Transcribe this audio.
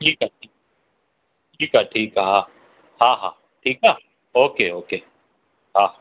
ठीकु आहे ठीकु आहे ठीकु आहे ठीकु आहे हा हा हा ठीकु आहे ओके ओके हा